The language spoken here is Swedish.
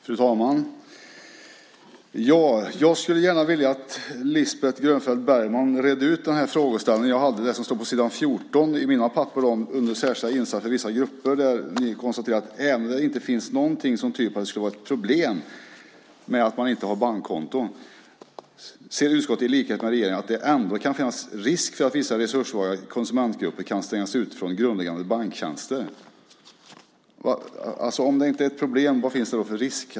Fru talman! Jag skulle gärna vilja att Lisbeth Grönfeldt Bergman redde ut den frågeställning jag hade, det som står på s. 14 i betänkandet, under Särskilda insatser för vissa grupper. Vi konstaterar att det ännu inte finns något som tyder på att det skulle vara ett problem med att man inte har bankkonton. Utskottet anser i likhet med regeringen att det ändå kan finnas risk för att vissa resurssvaga konsumentgrupper kan stängas ute från grundläggande banktjänster. Om det inte är ett problem, vad finns det då för risk?